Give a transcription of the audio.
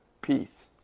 peace